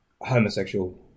homosexual